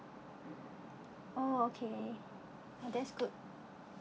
oh okay that's good